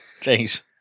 Thanks